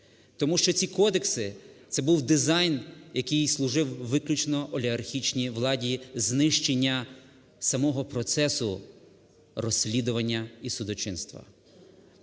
Тому що ці кодекси – це був дизайн, який служив виключно олігархічній владі знищення самого процесу розслідування і судочинства.